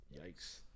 yikes